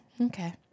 Okay